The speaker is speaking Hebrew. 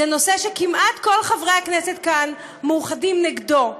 זה נושא שכמעט כל חברי הכנסת כאן מאוחדים נגדו,